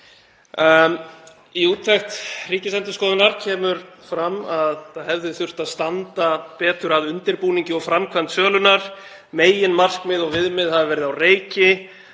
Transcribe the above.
Í úttekt Ríkisendurskoðunar kemur fram að það hefði þurft að standa betur að undirbúningi og framkvæmd sölunnar. Meginmarkmið og viðmið hafi verið á reiki,